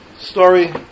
story